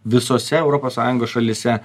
visose europos sąjungos šalyse